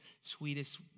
sweetest